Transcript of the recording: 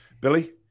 Billy